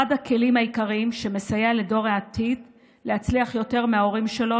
אחד הכלים העיקריים שמסייע לדור העתיד להצליח יותר מההורים שלו,